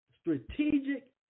strategic